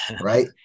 right